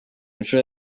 nshuro